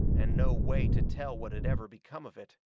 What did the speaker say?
and no way to tell what had ever become of it.